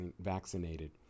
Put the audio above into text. vaccinated